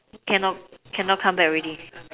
cannot cannot come back already